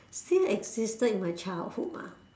still existed in my childhood ah